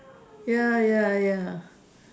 ya ya ya